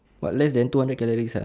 what less than two hundred calories uh